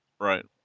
Right